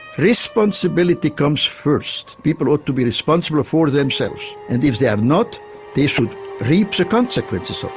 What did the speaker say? responsibility comes first, people ought to be responsible for themselves and if they are not they should reap the consequences of